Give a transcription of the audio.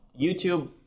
YouTube